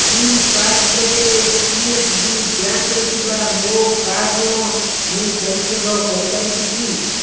ଫ୍ରିଚାର୍ଜ ଜରିଆରେ C S B bank ରେ ଥିବା ମୋ କାର୍ ଋଣ ମୁଁ ପରିଶୋଧ କରିପାରିବି କି